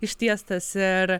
ištiestas ir